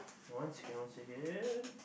once you cannot say again